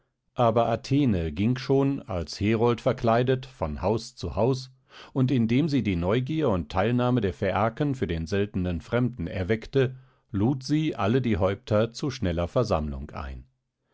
aber athene ging schon als herold verkleidet von haus zu haus und indem sie die neugier und teilnahme der phäaken für den seltenen fremden erweckte lud sie alle die häupter zu schneller versammlung ein